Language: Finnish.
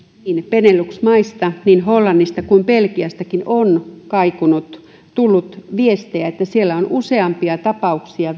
benelux maista niin hollannista kuin belgiastakin on kaikunut tullut viestejä että siellä on useampia tapauksia